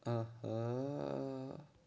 آہا